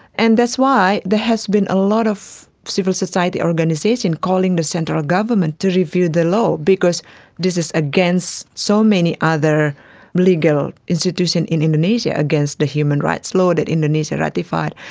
and that's why there has been a lot of civil society organisations calling the central government to review the law because this is against so many other legal institutions in indonesia, against the human rights law that indonesia ratified,